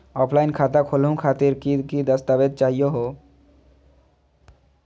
Offline खाता खोलहु खातिर की की दस्तावेज चाहीयो हो?